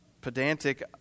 pedantic